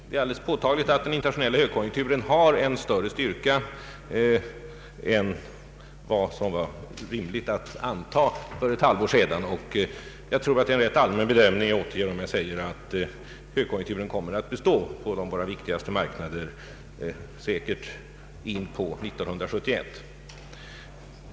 Det är alldeles påtagligt att den internationella högkonjunkturen har en större styrka än vad man rimligen kunde anta för ett halvår sedan. Jag tror att det är en rätt allmän bedömning som jag ger uttryck för, om jag säger att högkonjunkturen säkerligen kommer att bestå på våra viktigaste marknader in på år 1971.